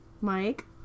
Mike